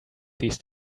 these